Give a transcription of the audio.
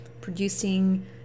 producing